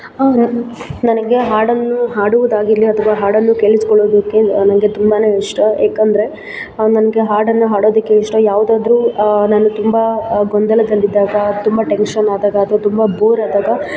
ನನಗೆ ಹಾಡನ್ನು ಹಾಡುವುದಾಗಿರಲಿ ಅಥವಾ ಹಾಡನ್ನು ಕೇಳಿಸ್ಕೊಳ್ಳದಕ್ಕೆ ನನಗೆ ತುಂಬಾ ಇಷ್ಟ ಏಕಂದರೆ ನನಗೆ ಹಾಡನ್ನು ಹಾಡೋದಕ್ಕೆ ಇಷ್ಟ ಯಾವುದಾದ್ರು ನಾನು ತುಂಬ ಗೊಂದಲದಲ್ಲಿದ್ದಾಗ ತುಂಬ ಟೆನ್ಶನ್ ಆದಾಗ ಅಥವಾ ತುಂಬ ಬೋರಾದಾಗ